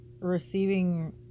Receiving